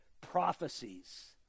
prophecies